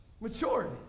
maturity